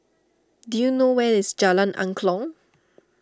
do you know where is Jalan Angklong